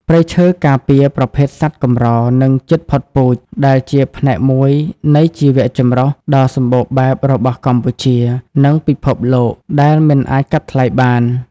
ព្រៃឈើការពារ ប្រភេទសត្វកម្រ និងជិតផុតពូជ ដែលជាផ្នែកមួយនៃជីវៈចម្រុះដ៏សម្បូរបែបរបស់កម្ពុជា និងពិភពលោក ដែលមិនអាចកាត់ថ្លៃបាន។